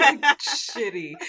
shitty